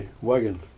wagon